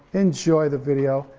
enjoy the video.